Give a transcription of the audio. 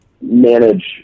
manage